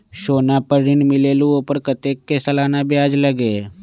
सोना पर ऋण मिलेलु ओपर कतेक के सालाना ब्याज लगे?